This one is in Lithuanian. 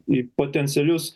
į potencialius